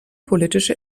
politische